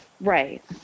Right